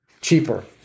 cheaper